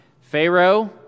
Pharaoh